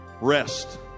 Rest